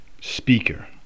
speaker